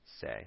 say